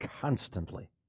Constantly